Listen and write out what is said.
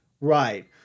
Right